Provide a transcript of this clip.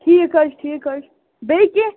ٹھیٖک حظ چھُ ٹھیٖک حظ چھُ بیٚیہِ کیٚنٛہہ